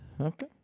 okay